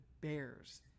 bears